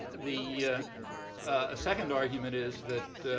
the ah ah second argument is that